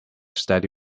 steady